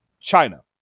China